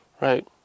Right